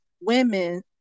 women